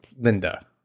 Linda